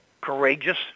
courageous